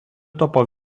paplito